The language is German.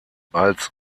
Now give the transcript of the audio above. als